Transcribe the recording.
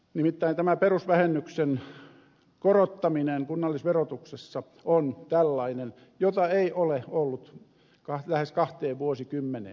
nimittäin tämä perusvähennyksen korottaminen kunnallisverotuksessa on tällainen jota ei ole ollut lähes kahteen vuosikymmeneen